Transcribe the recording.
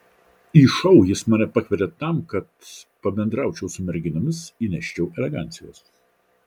į šou jis mane pakvietė tam kad pabendraučiau su merginomis įneščiau elegancijos